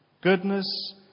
Goodness